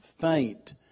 faint